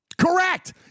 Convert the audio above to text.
Correct